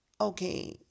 Okay